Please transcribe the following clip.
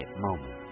moment